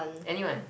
anyone